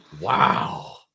Wow